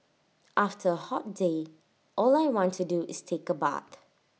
after A hot day all I want to do is take A bath